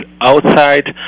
outside